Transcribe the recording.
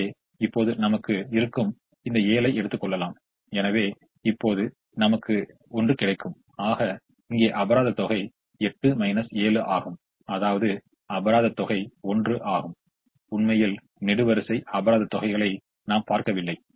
எனவே இப்போது நமக்கு இப்பொழுது ஒன்று கிடைக்கும் ஆக இங்கே அபராத தொகை 8 7 ஆகும் அதாவது அபராத தொகை 1 ஆகும் உண்மையில் நெடுவரிசை அபராத தொகைகளை நாம் பார்க்கவில்லை